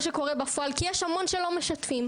שקורה בפועל כי יש המון שלא משתפים.